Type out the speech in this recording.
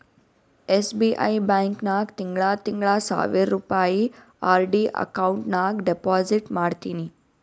SBI bank ನಾಗ್ ತಿಂಗಳಾ ತಿಂಗಳಾ ಸಾವಿರ್ ರುಪಾಯಿ ಆರ್.ಡಿ ಅಕೌಂಟ್ ನಾಗ್ ಡೆಪೋಸಿಟ್ ಮಾಡ್ತೀನಿ